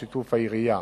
בשיתוף העירייה